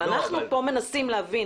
אנחנו מנסים להבין